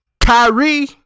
Kyrie